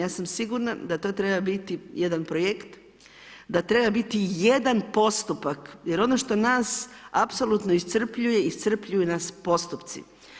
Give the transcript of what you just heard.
Ja sam sigurna da to treba biti jedan projekt, da treba biti jedan postupak jer ono što nas apsolutno iscrpljuje, iscrpljuju nas postupci.